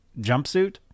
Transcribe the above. jumpsuit